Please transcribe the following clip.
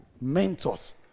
mentors